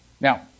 Now